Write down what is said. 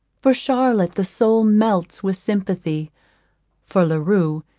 for charlotte, the soul melts with sympathy for la rue,